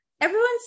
everyone's